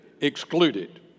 excluded